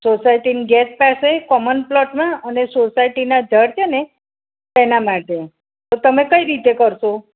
સોસાયટીન gate પાસે common પ્લોટમાં અને સોસાયટીના જળ છે ને એના માટે તો તમે કઈ રીતે કરશો